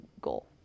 goal